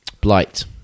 Blight